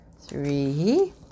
Three